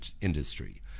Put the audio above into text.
industry